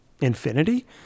infinity